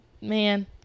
Man